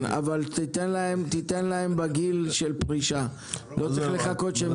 אבל תן להם בגיל פרישה, לא צריך לחכות.